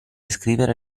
scrivere